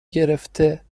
گرفته